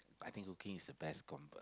I think cooking is the best comb